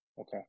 Okay